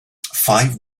five